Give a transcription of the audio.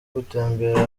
gutemberera